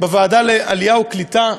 בוועדת העלייה והקליטה,